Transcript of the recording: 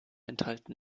enthalten